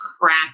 crack